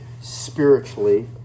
spiritually